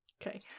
Okay